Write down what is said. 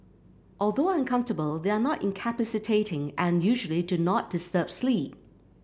although uncomfortable they are not incapacitating and usually do not disturb sleep